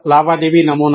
లావాదేవీ నమూనా